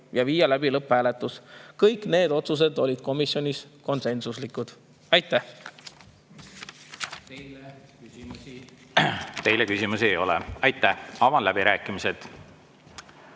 ja viia läbi lõpphääletus. Kõik need otsused olid komisjonis konsensuslikud. Aitäh! Teile küsimusi ei ole. Aitäh! Avan läbirääkimised.